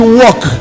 work